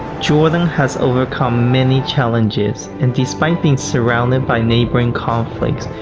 jordan has overcome many challenges, and despite being surrounded by neighboring conflicts,